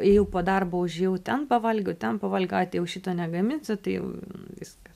ėjau po darbo užėjau ten pavalgiau ten pavalgiau ai tai jau šito negaminsiu tai jau viskas